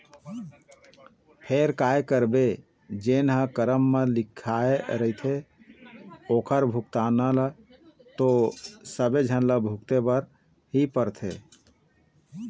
फेर काय करबे जेन ह करम म लिखाय रहिथे ओखर भुगतना ल तो सबे झन ल भुगते बर ही परथे